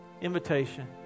invitation